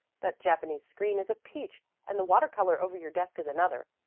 that japanese screen is a peach and the water-color over your desk is another.